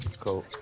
Cool